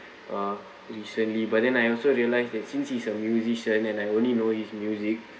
uh recently but then I also realise that since he's a musician and I only know his music